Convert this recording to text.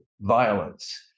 violence